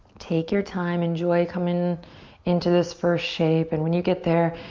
take your time. enjoy coming into this first shape and when you get there,